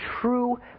true